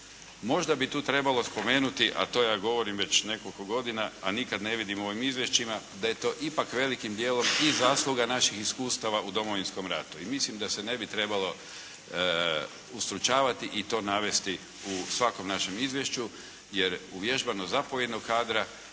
Možda bi tu trebalo spomenuti a to ja govorim već nekoliko godina a nikad ne vidim u ovim izvješćima da je to ipak velikim djelom i zasluga naših iskustava u Domovinskom ratu. I mislim da se ne bi trebalo ustručavati i to navesti u svakom našem izvješću jer uvježbanost zapovjednog kadra